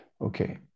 Okay